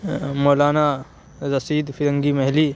Maulana Rashid Firangi محلی